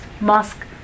mosque